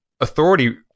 authority